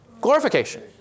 Glorification